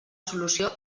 solució